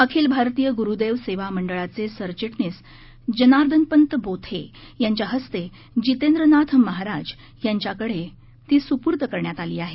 अखिल भारतीय गुरुदेव सेवा मंडळाघे सरघिटणीस जनार्दनपंत बोथे यांच्या हस्ते जितेंद्रनाथ महाराज यांच्या कडे सुपूर्द करण्यात आली आहे